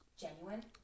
genuine